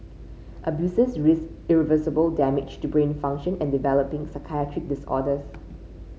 abusers risked irreversible damage to brain function and developing psychiatric disorders